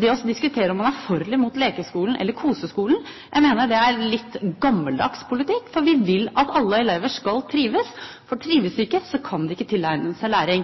Det å diskutere om man er for eller imot lekeskolen eller koseskolen, mener jeg er en litt gammeldags politikk, for vi vil at alle elever skal trives, for trives de ikke, kan de ikke